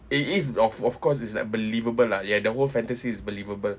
it is of of course it's like believable lah ya the whole fantasy is believable